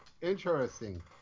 Interesting